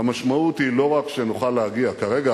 והמשמעות היא לא רק שנוכל להגיע כרגע